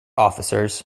officers